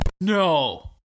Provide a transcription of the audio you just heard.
No